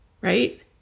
right